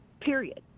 period